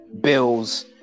bills